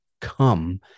come